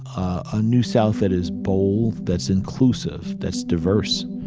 a new south that is bold, that's inclusive, that's diverse,